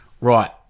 Right